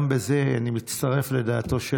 גם בזה אני מצטרף לדעתו של,